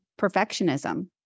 perfectionism